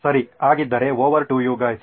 ಸರಿಆಗಿದ್ದರೆ over to you guys